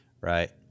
Right